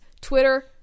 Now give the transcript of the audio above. Twitter